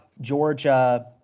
Georgia